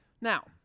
Now